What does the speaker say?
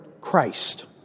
Christ